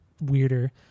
weirder